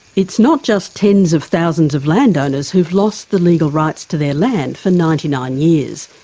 it's not just tens of thousands of landowners who've lost the legal rights to their land for ninety nine years.